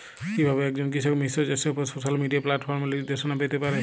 কিভাবে একজন কৃষক মিশ্র চাষের উপর সোশ্যাল মিডিয়া প্ল্যাটফর্মে নির্দেশনা পেতে পারে?